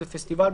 בפסטיבל,